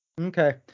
Okay